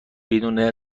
بدون